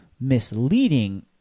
misleading